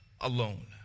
alone